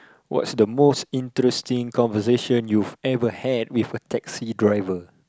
what's the most interesting conversation you've ever had with a taxi driver